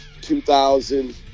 2000